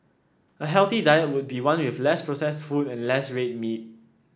a healthy diet would be one with less processed foods and less red meat